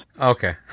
Okay